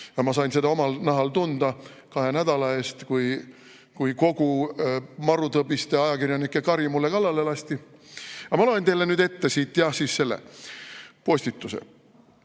Ma sain seda omal nahal tunda kahe nädala eest, kui kogu marutõbiste ajakirjanike kari mulle kallale lasti. Aga ma loen teile nüüd ette selle postituse.